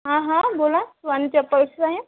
हां हां बोला सुहानी चप्पल्स आहे